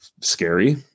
scary